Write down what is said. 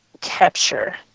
capture